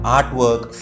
Artwork